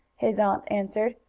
his aunt answered,